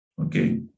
Okay